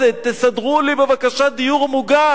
תסדרו לי בבקשה דיור מוגן,